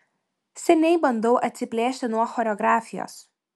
seniai bandau atsiplėšti nuo choreografijos